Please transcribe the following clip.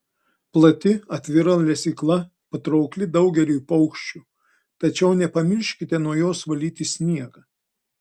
plati atvira lesykla patraukli daugeliui paukščių tačiau nepamirškite nuo jos valyti sniegą